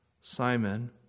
Simon